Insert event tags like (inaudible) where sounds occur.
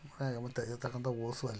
(unintelligible) ಮತ್ತೆ ಇರತಕ್ಕಂತ ಓಸ್ಸು ಅಲ್ಲೆ